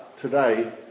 today